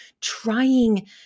trying